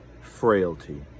frailty